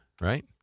right